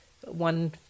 one